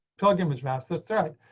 told him was mass. that's right.